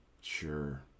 Sure